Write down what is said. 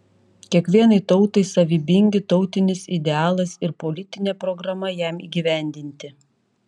kiekvienai tautai savybingi tautinis idealas ir politinė programa jam įgyvendinti